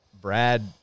Brad